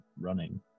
running